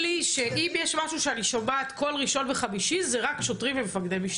יש משהו שאני שומעת כל ראשון וחמישי זה רק שוטרים ומפקדי משטרה.